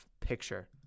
picture